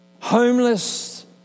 homeless